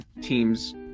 team's